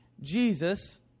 Jesus